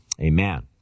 Amen